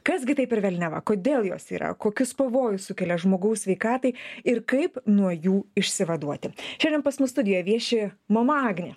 kas gi tai per velniava kodėl jos yra kokius pavojus sukelia žmogaus sveikatai ir kaip nuo jų išsivaduoti šiandien pas mus studijoj vieši mama agnė